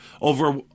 over